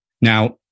Now